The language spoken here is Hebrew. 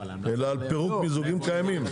אלא על פירוק מיזוגים קיימים.